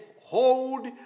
hold